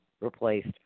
replaced